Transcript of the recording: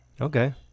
Okay